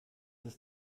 ist